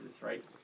right